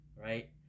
right